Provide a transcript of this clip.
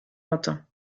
entend